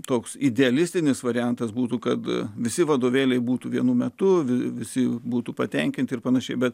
toks idealistinis variantas būtų kad visi vadovėliai būtų vienu metu visi būtų patenkinti ir panašiai bet